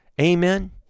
amen